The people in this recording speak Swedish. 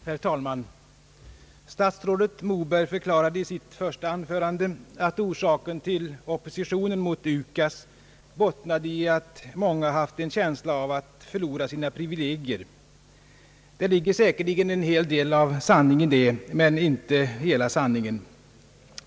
Herr talman! Statsrådet Moberg förklarade i sitt första anförande att orsaken till oppositionen mot UKAS bottnade i att många haft en känsla av att förlora sina privilegier. Det ligger säkerligen en hel del av sanning i detta, men det utgör inte hela sanningen.